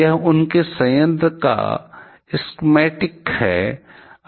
यह उनके संयंत्र का स्कीमैटिक है